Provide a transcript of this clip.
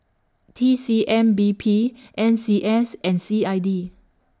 T C M B P N C S and C I D